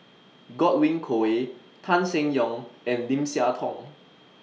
Godwin Koay Tan Seng Yong and Lim Siah Tong